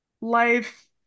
life